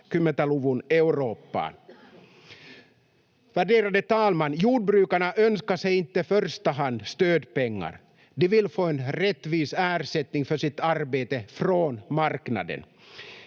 2020-luvun Eurooppaan. Värderade talman! Jordbrukarna önskar sig inte i första hand stödpengar, de vill få en rättvis ersättning för sitt arbete från marknaden.